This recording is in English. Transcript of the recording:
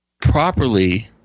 properly